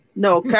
No